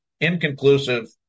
inconclusive